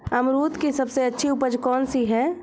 अमरूद की सबसे अच्छी उपज कौन सी है?